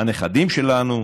הנכדים שלנו.